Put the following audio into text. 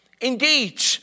Indeed